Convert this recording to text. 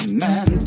man